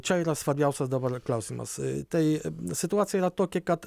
čia yra svarbiausias dabar klausimas tai situacija yra tokia kad